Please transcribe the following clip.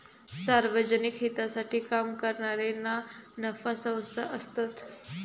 सार्वजनिक हितासाठी काम करणारे ना नफा संस्था असतत